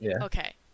Okay